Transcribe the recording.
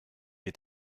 est